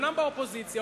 אומנם באופוזיציה,